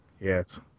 Yes